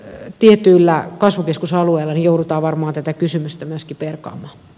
tietyillä kasvukeskusalueilla joudutaan varmaan tätä kysymystä myöskin perkaamaan